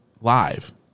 live